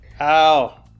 Ow